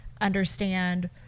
understand